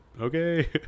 okay